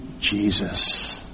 Jesus